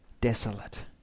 desolate